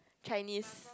Chinese